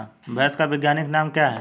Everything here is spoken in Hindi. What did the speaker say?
भैंस का वैज्ञानिक नाम क्या है?